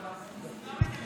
חבר הכנסת אלעזר שטרן.